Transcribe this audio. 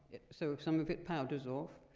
so some of it powders of.